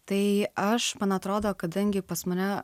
tai aš man atrodo kadangi pas mane